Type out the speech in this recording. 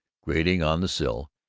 grating on the sill,